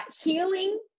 healing